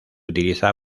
utiliza